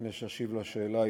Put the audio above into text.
לפני שאשיב על השאילתה,